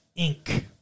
Inc